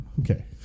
Okay